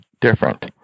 different